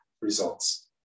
results